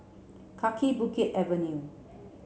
Kaki Bukit Avenue